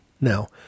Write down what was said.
Now